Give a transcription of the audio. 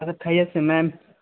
سے میم